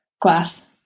glass